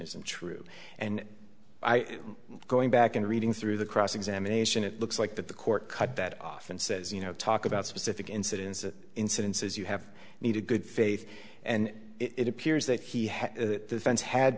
isn't true and going back and reading through the cross examination it looks like that the court cut that off and says you know talk about specific incidence of incidences you have made a good faith and it appears that he had